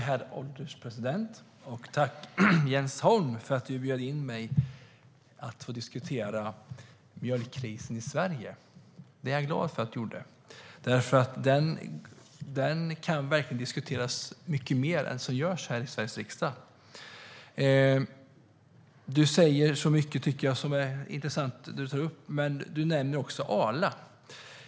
Herr ålderspresident! Jag tackar Jens Holm för att han bjöd in mig att diskutera mjölkkrisen i Sverige. Det är jag glad för att du gjorde, Jens Holm, för den kan verkligen diskuteras mycket mer än vad som görs här i Sveriges riksdag. Du säger så mycket som är intressant. Du nämner också Arla.